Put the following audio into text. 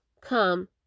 come